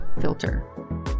filter